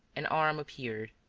an arm appeared.